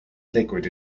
liquid